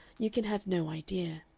you can have no idea.